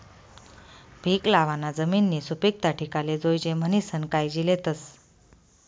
पीक लावाना जमिननी सुपीकता टिकाले जोयजे म्हणीसन कायजी लेतस